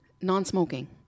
non-smoking